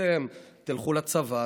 אתם תלכו לצבא,